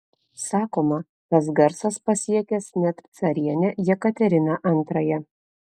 sakoma tas garsas pasiekęs net carienę jekateriną antrąją